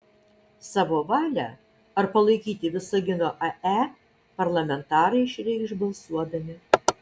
savo valią ar palaikyti visagino ae parlamentarai išreikš balsuodami